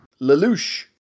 Lelouch